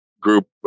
group